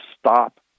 stop